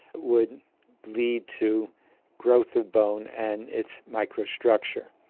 would lead to growth of bone and its microstructure.